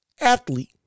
athlete